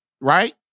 right